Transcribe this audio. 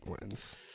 wins